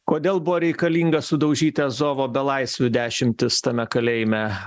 kodėl buvo reikalinga sudaužyti azovo belaisvių dešimtis tame kalėjime